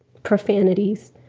profanities.